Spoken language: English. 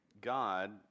God